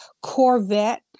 Corvette